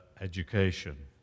education